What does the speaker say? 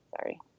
Sorry